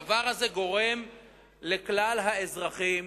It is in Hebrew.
הדבר הזה גורם לכלל האזרחים